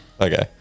Okay